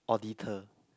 auditor